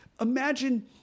imagine